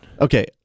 Okay